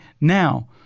Now